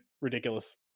ridiculous